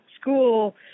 school